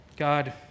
God